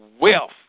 wealth